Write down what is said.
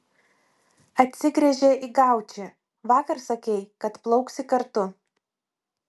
atsigręžė į gaučį vakar sakei kad plauksi kartu